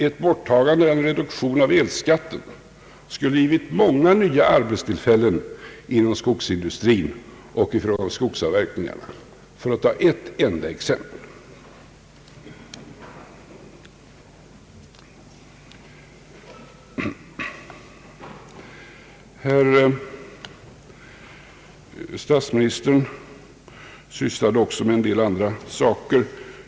Ett borttagande eller en reduktion av elskatten skulle ha skapat många arbetstillfällen inom skogsindustrin och vid skogsavverkningar — för att ta ett exempel. Statsministern sysslade också med en del andra saker.